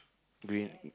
green